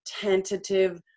tentative